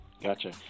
Gotcha